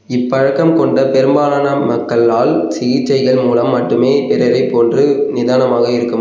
இப்பழக்கம் கொண்ட பெரும்பாலான மக்களால் சிகிச்சைகள் மூலம் மட்டுமே பிறரைப் போன்று நிதானமாக இருக்க